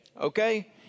Okay